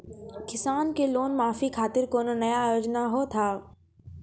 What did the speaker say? किसान के लोन माफी खातिर कोनो नया योजना होत हाव?